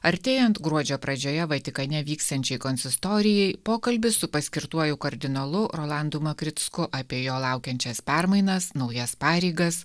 artėjant gruodžio pradžioje vatikane vyksiančiai konsistorijai pokalbis su paskirtuoju kardinolu rolandu makricku apie jo laukiančias permainas naujas pareigas